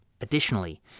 additionally